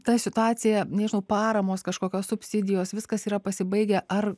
ta situacija nežinau paramos kažkokios subsidijos viskas yra pasibaigę ar